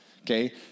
okay